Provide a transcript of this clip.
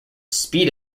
speed